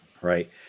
Right